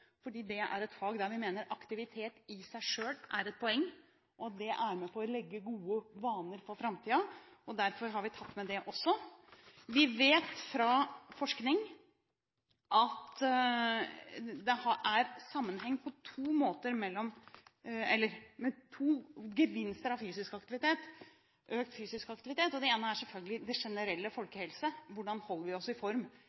fordi det er et fag der vi mener aktivitet i seg selv er et poeng. Det er med på å legge gode vaner for framtiden. Derfor har vi tatt med det også. Vi vet fra forskning at det er sammenheng på to måter, med to gevinster, av økt fysisk aktivitet. Det ene er selvfølgelig den generelle